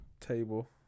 table